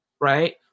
right